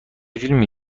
فیلمی